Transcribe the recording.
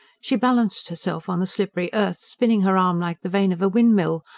she balanced herself on the slippery earth, spinning her arm like the vane of a windmill,